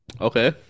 Okay